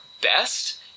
best